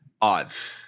odds